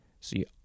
See